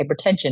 hypertension